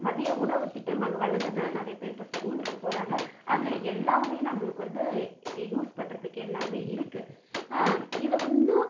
மதிய உணவுத்திட்டம் அங்கே வழங்குகிறதனால நிறய பேர் இப்போ ஸ்கூலுக்கு போகிறாங்க அங்கே எல்லாமே நம்மளுக்கு வந்து யூஸ் பண்றதுக்கு எல்லாமே இருக்குது இதை இன்னும்